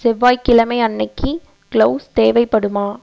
செவ்வாய்க்கிழமை அன்றைக்கு கிளவுஸ் தேவைப்படுமா